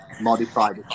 modified